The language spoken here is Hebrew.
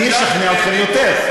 מי ישכנע אתכם יותר.